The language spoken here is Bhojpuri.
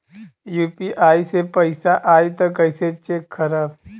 यू.पी.आई से पैसा आई त कइसे चेक खरब?